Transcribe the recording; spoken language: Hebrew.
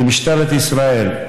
זה משטרת ישראל,